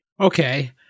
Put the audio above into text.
Okay